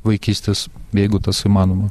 vaikystės jeigu tas įmanoma